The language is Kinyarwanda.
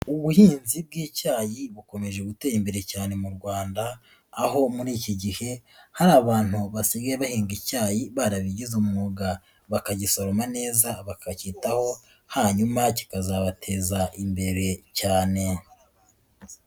Ubuhinzi bw'icyayi bukomeje gutera imbere cyane mu Rwanda, aho muri iki gihe hari abantu basigaye bahinga icyayi barabigize umwuga, bakagisoroma neza bakacyitaho hanyuma kikazabateza imbere cyane.